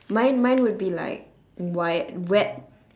mine mine would be like why wet